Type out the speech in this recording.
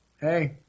hey